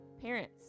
parents